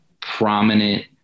prominent